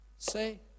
say